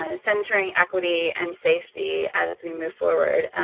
ah centering equity and safety as we move forward,